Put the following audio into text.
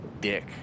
dick